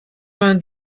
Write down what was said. vin